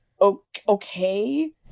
okay